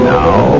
now